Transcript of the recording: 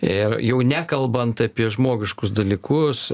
ir jau nekalbant apie žmogiškus dalykus